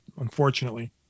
unfortunately